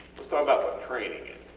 lets talk about what training.